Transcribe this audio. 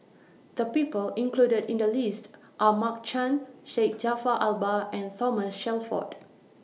The People included in The list Are Mark Chan Syed Jaafar Albar and Thomas Shelford